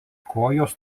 kojos